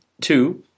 Two